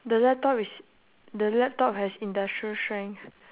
the laptop is the laptop has industrial strength